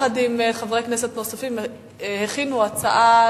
יחד עם חברי כנסת נוספים, הכינו הצעת